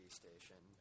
station